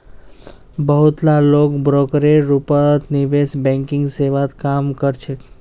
बहुत ला लोग ब्रोकरेर रूपत निवेश बैंकिंग सेवात काम कर छेक